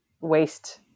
waste